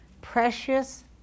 Precious